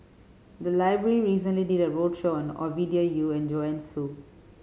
the library recently did a roadshow on Ovidia Yu and Joanne Soo